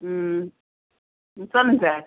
ம் ம் சொல்லுங்க சார்